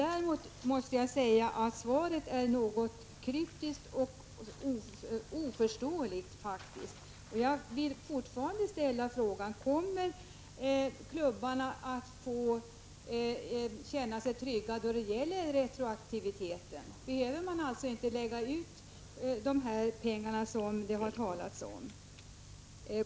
Däremot måste jag säga att svaret är något kryptiskt och svårförståeligt. Jag vill fortfarande ställa frågan: Kommer klubbarna att kunna känna sig trygga när det gäller retroaktiviteten? Behöver de inte lägga ut de pengar som det har talats om?